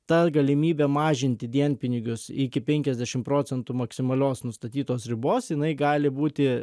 ta galimybė mažinti dienpinigius iki penkiasdešim procentų maksimalios nustatytos ribos jinai gali būti